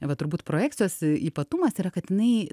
va turbūt projekcijos ypatumas yra kad jinai